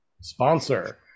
sponsor